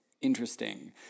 interesting